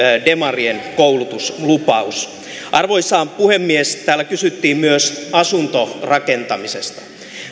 demarien koulutuslupaus arvoisa puhemies täällä kysyttiin myös asuntorakentamisesta